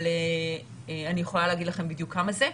אבל אני יכולה להגיד לכם בדיוק כמה זה.